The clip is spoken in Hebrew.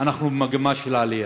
אנחנו במגמה של עלייה,